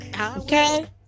Okay